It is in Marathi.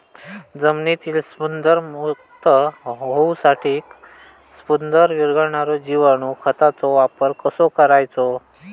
जमिनीतील स्फुदरमुक्त होऊसाठीक स्फुदर वीरघळनारो जिवाणू खताचो वापर कसो करायचो?